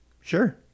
Sure